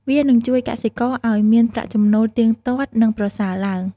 វានឹងជួយកសិករឲ្យមានប្រាក់ចំណូលទៀងទាត់និងប្រសើរឡើង។